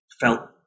felt